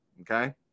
okay